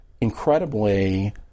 incredibly